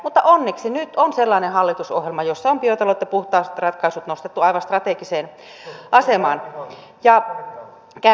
mutta onneksi nyt on sellainen hallitusohjelma jossa on biotalous ja puhtaat ratkaisut nostettu aivan strategiseen asemaan